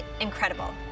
incredible